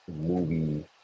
movie